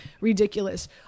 Ridiculous